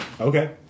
Okay